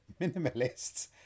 minimalist